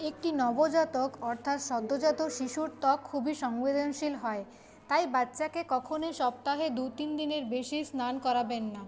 একটি নবজাতক অর্থাৎ সদ্যোজাত শিশুর ত্বক খুবই সংবেদনশীল হয় তাই বাচ্চাকে কখনোই সপ্তাহে দু তিনদিনের বেশি স্নান করাবেন না